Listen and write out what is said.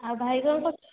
ଆଉ ଭାଇ କ'ଣ କରୁଛି